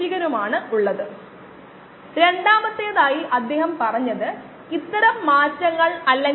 ആദ്യം ചോദിക്കേണ്ട ചോദ്യം എന്താണ് വേണ്ടത് എന്നതാണ്